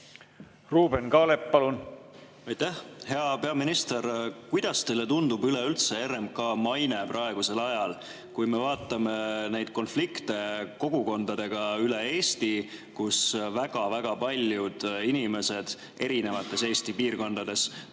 Ruuben Kaalep, palun! Aitäh! Hea peaminister! Kuidas teile tundub üleüldse RMK maine praegusel ajal, kui me vaatame neid konflikte kogukondadega üle Eesti? Väga paljud inimesed erinevates Eesti piirkondades tunnevad,